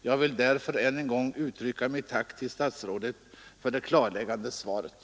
Jag vill därför än en gång uttrycka mitt tack till statsrådet för det klarläggande svaret.